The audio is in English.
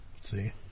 See